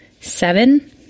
Seven